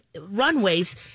runways